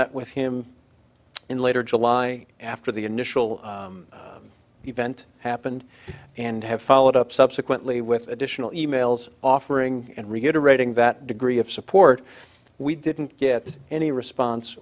met with him in later july after the initial event happened and have followed up subsequently with additional e mails offering and reiterating that degree of support we didn't get any response